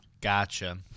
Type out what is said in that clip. Gotcha